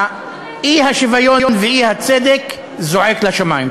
האי-שוויון והאי-צדק זועקים לשמים.